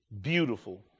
beautiful